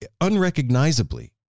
unrecognizably